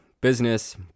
business